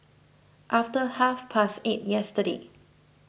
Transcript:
after half past eight yesterday